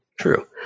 true